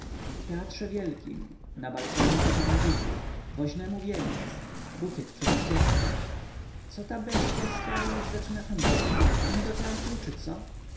w teatrze wielkim na balkonie i paradyzie woźnemu wieniec bukiet przez orkiestrę co ta besztya stary już zaczyna handlować biletami do teatru czy co